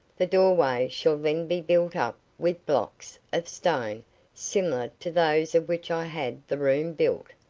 the doorway shall then be built-up with blocks of stone similar to those of which i had the room built,